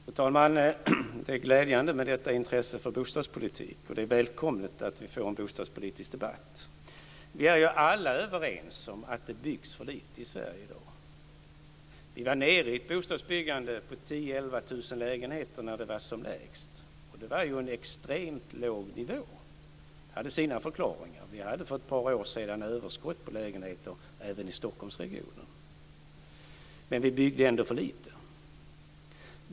Fru talman! Det är glädjande med detta intresse för bostadspolitik, och det är välkommet att vi får en bostadspolitisk debatt. Vi är ju alla överens om att det byggs för lite i Sverige i dag. Vi var nere i ett bostadsbyggande på 10 000-11 000 lägenheter när det var som lägst, och det var en extremt låg nivå. Det hade sina förklaringar. Vi hade för att par år sedan överskott på lägenheter även i Stockholmsregionen. Men vi byggde ändå för lite.